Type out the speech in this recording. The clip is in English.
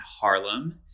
Harlem